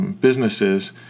businesses –